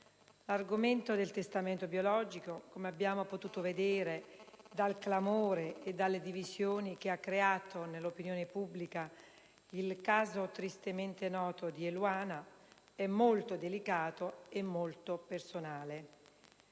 l'argomento del testamento biologico, come abbiamo potuto vedere dal clamore e dalle divisioni che ha creato nell'opinione pubblica il caso tristemente noto di Eluana, è molto delicato e personale.